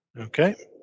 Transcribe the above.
Okay